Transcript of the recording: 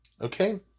Okay